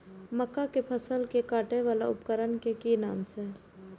मक्का के फसल कै काटय वाला उपकरण के कि नाम छै?